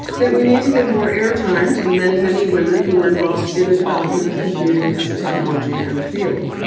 that we need to give more airtime to the many, many women who were involved in the development of computing as a technology and a field.